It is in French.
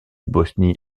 bosnie